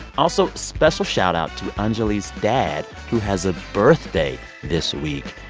also, special shoutout to anjuli's dad, who has a birthday this week.